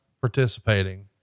participating